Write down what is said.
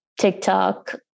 TikTok